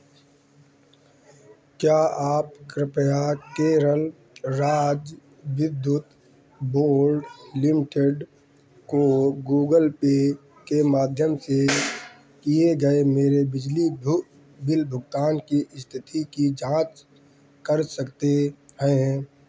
क्या आप कृपया केरल राज्य विद्युत बोर्ड लिमिटेड को गूगल पे के माध्यम से किए गए मेरे बिजली भुग बिल भुगतान की स्थिति की जाँच कर सकते हैं